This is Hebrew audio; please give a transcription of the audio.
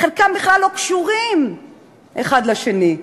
חלקם בכלל לא קשורים האחד לשני,